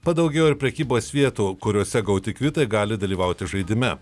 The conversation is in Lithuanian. padaugėjo ir prekybos vietų kuriose gauti kvitai gali dalyvauti žaidime